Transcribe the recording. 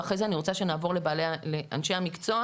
ואחרי זה אני רוצה שנעבור לאנשי המקצוע,